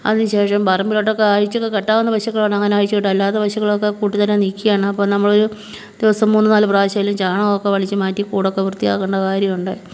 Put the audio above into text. അതിന് ശേഷം പറമ്പിലോട്ടൊക്കെ അഴിച്ചൊക്കെ കെട്ടാവുന്ന പശുക്കളാണെങ്കിൽ അങ്ങനെ അഴിച്ച് കെട്ടും അല്ലാത്ത പശുക്കളൊക്കെ കൂട്ടിൽ തന്നെ നിൽക്കുകയാണ് അപ്പം നമ്മളൊരു ദിവസം മൂന്ന് നാല് പ്രാശേലും ചാണകോക്കെ വലിച്ച് മാറ്റി കൂടൊക്കെ വൃത്തിയാക്കേണ്ട കാര്യം ഉണ്ട്